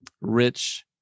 rich